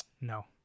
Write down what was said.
No